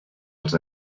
els